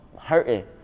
hurting